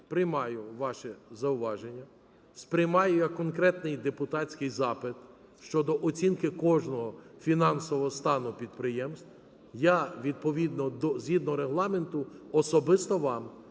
приймаю ваше зауваження, сприймаю як конкретний депутатський запит щодо оцінки кожного фінансового стану підприємств. Я відповідно до… згідно Регламенту особисто вам